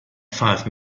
five